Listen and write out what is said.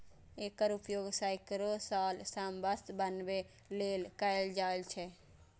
एकर उपयोग सैकड़ो साल सं वस्त्र बनबै लेल कैल जाए छै